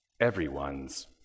everyone's